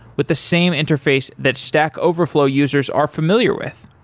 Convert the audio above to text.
with the same interface that stack overflow users are familiar with.